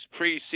preseason